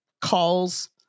calls